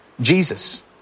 Jesus